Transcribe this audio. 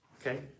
Okay